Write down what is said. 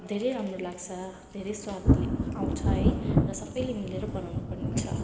धेरै राम्रो लाग्छ धेरै स्वादले आउँछ है र सबैले मिलेर बनाउनु पर्नेछ